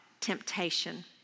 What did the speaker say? temptation